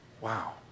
Wow